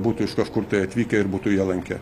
būtų iš kažkur tai atvykę ir būtų ją lankę